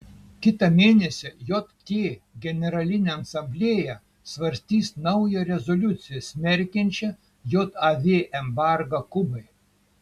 kitą mėnesį jt generalinė asamblėja svarstys naują rezoliuciją smerkiančią jav embargą kubai